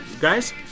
guys